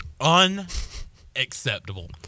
unacceptable